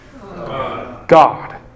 God